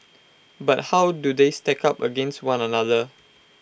but how do they stack up against one another